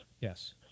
Yes